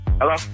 Hello